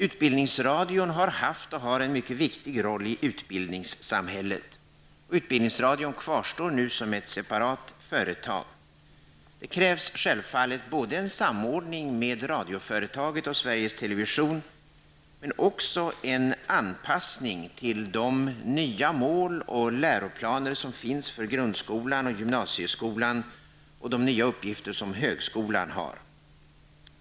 Utbildningsradion har haft och har en mycket viktig roll i utbildningssamhället. Utbildningsradion kvarstår nu som ett separat företag. Det krävs självfallet både en samordning mellan radioföretaget och Sveriges Television och en anpassning till de nya mål och läroplaner som grundskolan och gymnasieskolan har och de nya uppgifter som högskolan får.